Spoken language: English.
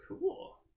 Cool